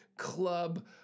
club